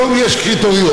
היום יש קריטריון,